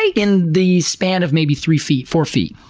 in the span of maybe three feet, four feet.